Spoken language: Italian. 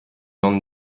non